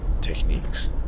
techniques